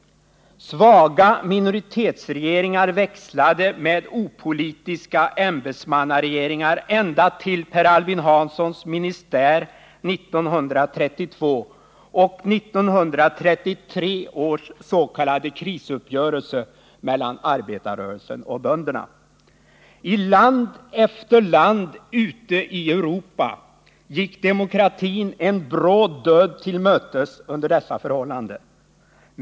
Svaga minoritetsregeringar växlade med opolitiska ämbetsmannaregeringar ända till Per Albin Hanssons I land efter land ute i Europa gick demokratin en bråd död till mötes under dessa förhållanden.